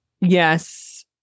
Yes